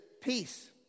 peace